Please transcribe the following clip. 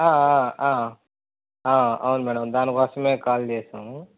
అవును మేడం దాని కోసమే కాల్ చేసాము